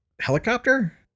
helicopter